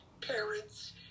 parents